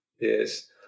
Yes